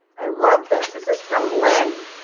i love this, this is from lynne.